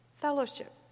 fellowship